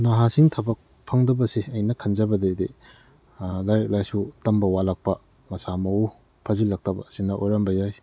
ꯅꯍꯥꯁꯤꯡ ꯊꯕꯛ ꯐꯪꯗꯕꯁꯦ ꯑꯩꯅ ꯈꯟꯖꯕꯗꯗꯤ ꯂꯥꯏꯔꯤꯛ ꯂꯥꯏꯁꯨ ꯇꯝꯕ ꯋꯥꯠꯂꯛꯄ ꯃꯁꯥ ꯃꯎ ꯐꯖꯤꯜꯂꯛꯇꯕ ꯑꯁꯤꯅ ꯑꯣꯏꯔꯝꯕ ꯌꯥꯏ